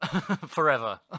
Forever